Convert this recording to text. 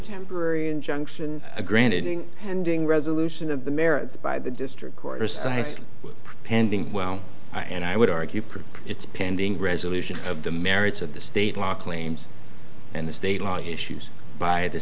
temporary injunction granted pending resolution of the merits by the district court or syslog pending well and i would argue pretty it's pending resolution of the merits of the state law claims and the state law issues by the